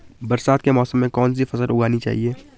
बरसात के मौसम में कौन सी फसल उगानी चाहिए?